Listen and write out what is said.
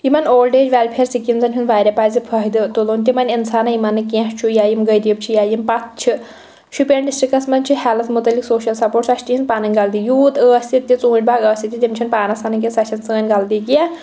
یِمَن old age welfare سِکیٖمزَن ہُنٛد واریاہ پزِ فٲیدٕ تُلُن تِمن انسانَن یِمَن نہٕ کیٚنٛہہ چھُ یا یِم غریٖب چھِ یا یِم پَتھ چھِ شُپین ڈِسٹِرٛکس منٛز چھُ ہیٚلٕتھ متعلق سوشَل سَپورٹ سۄ چھِ تہنٛز پنٕنۍ غلطی یوٗت ٲسِتھ تہِ ژوٗنٛٹھۍ باغ ٲسِتھ تہِ تِم چھنہٕ پانَس سنان کیٚنٛہہ سۄ چھَنہٕ سٲنۍ غلطی کیٚنٛہہ